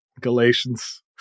Galatians